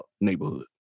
neighborhood